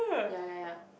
ya ya ya